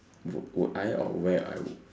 would would I or where I'll